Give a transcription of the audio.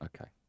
Okay